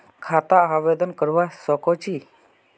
खाता आवेदन करवा संकोची?